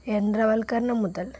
യന്ത്രവൽക്കരണം മുതൽ